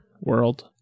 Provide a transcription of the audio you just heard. world